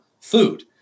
food